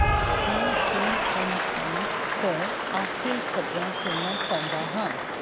ਮੈਂ C N N ਤੋਂ ਆਖ਼ਰੀ ਖ਼ਬਰਾਂ ਸੁਣਨਾ ਚਾਹੁੰਦਾ ਹਾਂ